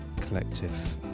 Collective